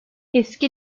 eski